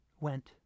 went